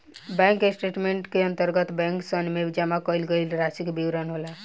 bank statement के अंतर्गत बैंकसन में जमा कईल गईल रासि के विवरण होला